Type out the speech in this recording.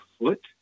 foot